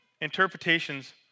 interpretations